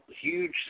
huge